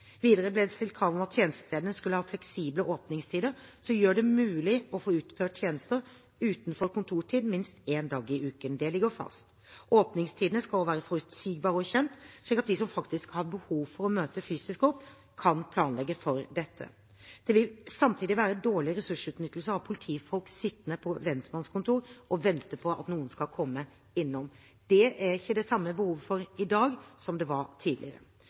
Videre ble det stilt krav om at tjenestestedene skulle ha fleksible åpningstider som gjør det mulig å få utført tjenester utenfor kontortid minst en dag i uken. Det ligger fast. Åpningstidene skal også være forutsigbare og kjent, slik at de som faktisk har behov for å møte fysisk opp, kan planlegge for dette. Det vil samtidig være dårlig ressursutnyttelse å ha politifolk sittende på lensmannskontor og vente på at noen skal komme innom. Det er det ikke det samme behovet for i dag som det var tidligere.